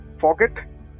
forget